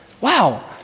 Wow